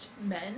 men